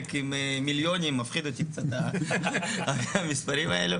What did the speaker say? עומק עם מיליונים, מפחיד אותי קצת המספרים האלה,